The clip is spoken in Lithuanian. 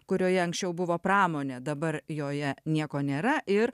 kurioje anksčiau buvo pramonė dabar joje nieko nėra ir